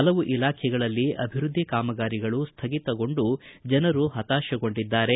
ಹಲವು ಇಲಾಖೆಗಳಲ್ಲಿ ಅಭಿವೃದ್ದಿ ಕಾಮಗಾರಿಗಳು ಸ್ವಗಿತಗೊಂಡು ಜನರು ಹತಾಶಗೊಂಡಿದ್ದಾರೆ